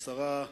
השרה,